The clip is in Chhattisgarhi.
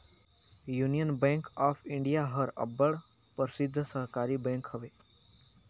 यूनियन बेंक ऑफ इंडिया हर अब्बड़ परसिद्ध सहकारी बेंक हवे